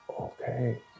Okay